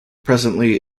presently